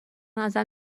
ازم